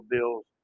Bills